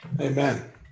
Amen